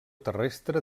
terrestre